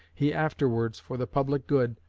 he afterwards, for the public good,